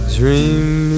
dream